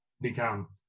become